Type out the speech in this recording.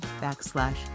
backslash